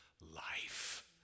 life